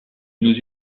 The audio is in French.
nous